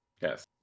Yes